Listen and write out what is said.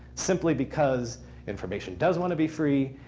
simply because information does want to be free.